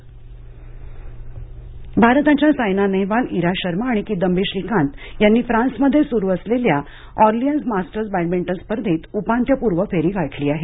बॅडमिंगि भारताच्या साईना नेहवाल ईरा शर्मा आणि किदंबी श्रीकांत यांनी फ्रान्समध्ये सुरू असलेल्या ऑरलीयन्स मास्टर्स बॅडमिंटन स्पर्धेत उपांत्यपूर्व फेरी गाठली आहे